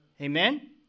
Amen